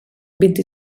vint